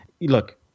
look